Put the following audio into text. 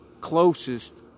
closest